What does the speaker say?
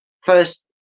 first